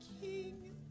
King